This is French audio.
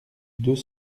deux